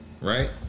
Right